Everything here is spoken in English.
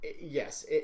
yes